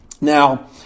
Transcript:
Now